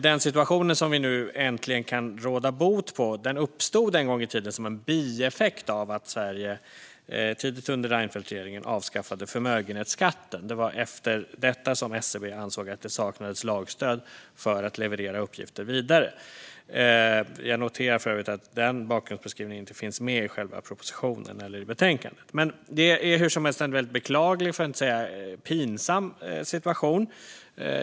Den situation som vi nu äntligen kan råda bot på uppstod en gång i tiden som en bieffekt av att Sverige tidigt under Reinfeldtregeringen avskaffade förmögenhetsskatten. Det var efter detta som SCB ansåg att det saknades lagstöd för att leverera uppgifter vidare. Jag noterar för övrigt att den bakgrundsbeskrivningen inte finns med i själva propositionen eller i betänkandet. Det är hur som helst en väldigt beklaglig för att inte säga pinsam situation.